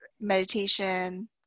meditation